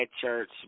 church